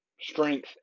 strength